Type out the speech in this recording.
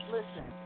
Listen